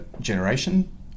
generation